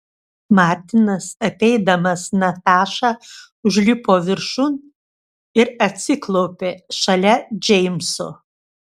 martinas apeidamas natašą užlipo viršun ir atsiklaupė šalia džeimso